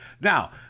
Now